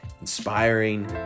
inspiring